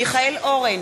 מיכאל אורן,